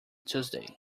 tuesday